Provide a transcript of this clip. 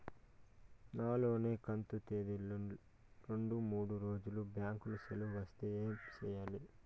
నా లోను కంతు తేదీల లో రెండు మూడు రోజులు బ్యాంకు సెలవులు వస్తే ఏమి సెయ్యాలి?